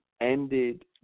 ended